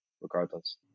regardless